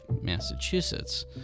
Massachusetts